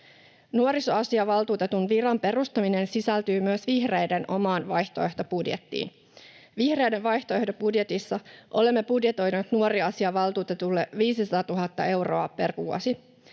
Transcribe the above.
Nuorisoasiavaltuutetun viran perustaminen sisältyy myös vihreiden omaan vaihtoehtobudjettiin. Vihreiden vaihtoehtobudjetissa olemme budjetoineet nuoriasiavaltuutetulle 500 000 euroa per vuosi.